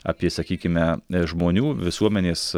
apie sakykime žmonių visuomenės